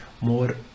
more